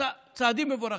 עשו צעדים מבורכים,